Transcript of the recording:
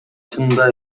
чынында